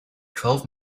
twelve